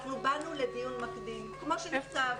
אנחנו באנו לדיון מקדים, כמו שנכתב.